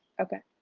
okay.